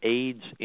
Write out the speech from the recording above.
aids